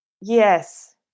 Yes